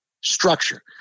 structure